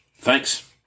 Thanks